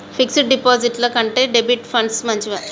Fix డ్ డిపాజిట్ల కంటే డెబిట్ ఫండ్స్ మంచివా?